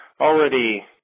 already